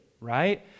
right